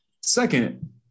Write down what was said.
second